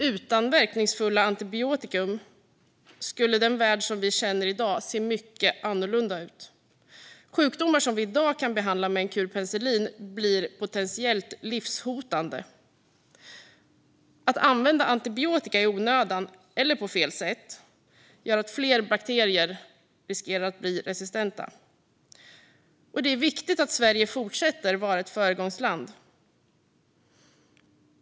Utan verkningsfulla antibiotika skulle vår värld se mycket annorlunda ut. Sjukdomar som vi i dag kan behandla med en kur penicillin blir potentiellt livshotande. Att använda antibiotika i onödan eller på fel sätt gör att fler bakterier riskerar att bli resistenta. Det är viktigt att Sverige fortsätter att vara ett föregångsland.